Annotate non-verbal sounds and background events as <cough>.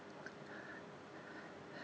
<breath>